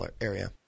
area